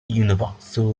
universal